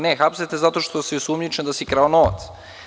Ne, hapsite zato što si osumnjičen da si krao novac.